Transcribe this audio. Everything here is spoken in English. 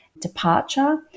departure